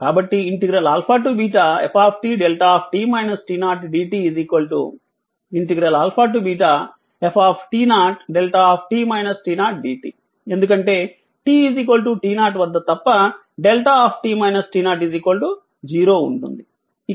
కాబట్టి f δ dt f δ dt ఎందుకంటే t t0 వద్ద తప్ప δ 0 ఉంటుంది